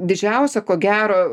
didžiausia ko gero